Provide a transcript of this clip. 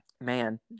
man